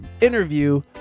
interview